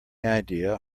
idea